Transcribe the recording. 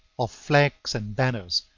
of flags and banners,